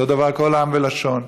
אותו דבר כל עם ולשון.